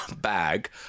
bag